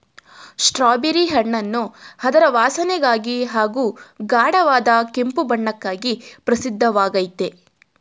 strawberry ಹಣ್ಣನ್ನು ಅದರ ವಾಸನೆಗಾಗಿ ಹಾಗೂ ಗಾಢವಾದ ಕೆಂಪು ಬಣ್ಣಕ್ಕಾಗಿ ಪ್ರಸಿದ್ಧವಾಗಯ್ತೆ